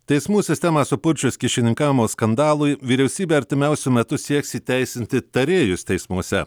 teismų sistemą supurčius kyšininkavimo skandalui vyriausybė artimiausiu metu sieks įteisinti tarėjus teismuose